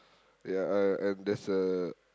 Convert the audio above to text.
ya and and there's a